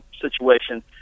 situation